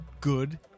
Good